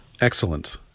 Excellent